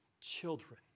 children